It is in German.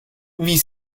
wie